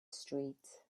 street